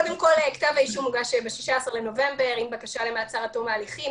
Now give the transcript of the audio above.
כתב האישום הוגש ב-16 בנובמבר עם בקשה למעצר עד תום ההליכים.